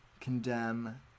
condemn